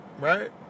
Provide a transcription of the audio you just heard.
right